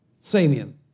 Samian